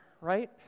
right